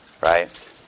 Right